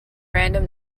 random